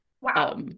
Wow